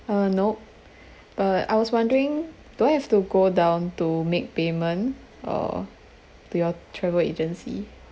uh nope but I was wondering do I have to go down to make payment uh to your travel agency